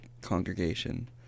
congregation